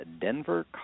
denver